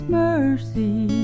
mercy